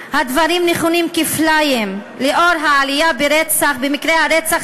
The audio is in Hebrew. הדברים נכונים כפליים לאור העלייה במקרי הרצח